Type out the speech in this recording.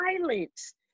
violence